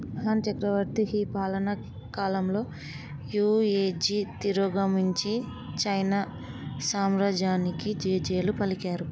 హాన్ చక్రవర్తి హీ పాలన కాలంలో యుయేజీ తిరోగమించి చైనా సామ్రాజ్యానికి జేజేలు పలికారు